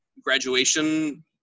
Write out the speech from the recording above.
graduation